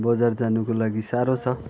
बजार जानुको लागि साह्रो छ